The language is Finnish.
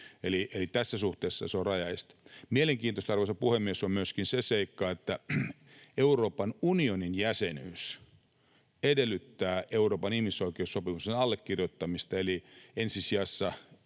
Eli tässä suhteessa se on rajaeste. Mielenkiintoista, arvoisa puhemies, on myöskin se seikka, että Euroopan unionin jäsenyys edellyttää Euroopan ihmisoikeussopimuksen allekirjoittamista, eli ensi sijassa